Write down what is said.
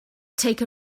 take